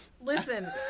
Listen